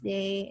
Day